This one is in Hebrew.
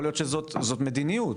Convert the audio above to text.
יכול להיות שזאת מדיניות,